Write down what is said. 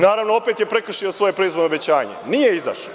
Naravno, opet je prekršio svoje predizborno obećanje i nije izašao.